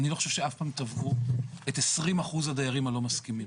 אני לא חושב שאף פעם תבעו את 20% הדיירים הלא מסכימים.